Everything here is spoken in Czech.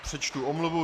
Přečtu omluvu.